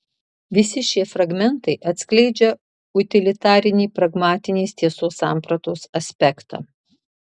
visi šie fragmentai atskleidžia utilitarinį pragmatinės tiesos sampratos aspektą